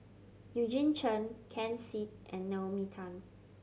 Eugene Chen Ken Seet and Naomi Tan